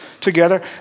together